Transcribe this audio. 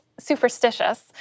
superstitious